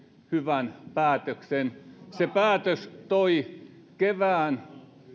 hyvän päätöksen se päätös toi kevään